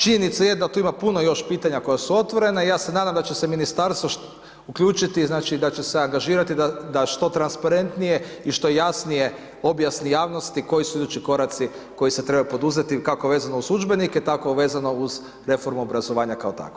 Činjenica je da tu ima puno još pitanja koja su otvorena i ja se nadam da će se Ministarstvo uključiti, znači da će se angažirati da što transparentnije i što jasnije objasni javnosti koji su idući koraci koji se trebaju poduzeti kako vezano uz udžbenike, tako vezano uz reformu obrazovanja kao takvu.